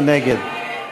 מי נגד?